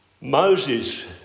Moses